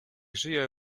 żyje